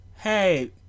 hey